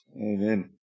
amen